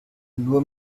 nur